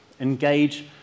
engage